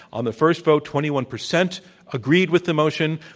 on the first vote twenty one percent agreed with the motion,